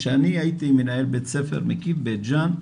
כשאני הייתי מנהל בית ספר מקיף בית ג'אן,